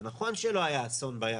זה נכון שלא היה אסון בים,